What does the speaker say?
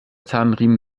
zahnriemen